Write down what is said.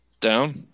Down